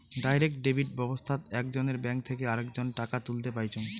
direct debit ব্যাবস্থাত একজনের bank থেকে আরেকজন টাকা তুলতে পাইচুঙ